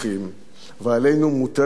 ועלינו מוטלת גם החובה,